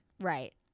Right